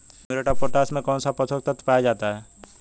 Muriate of potash में कौन सा पोषक तत्व पाया जाता है?